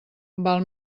val